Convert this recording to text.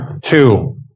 two